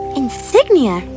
insignia